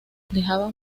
dejaban